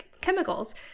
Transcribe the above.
chemicals